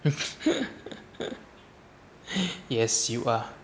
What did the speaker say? yes you are